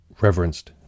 reverenced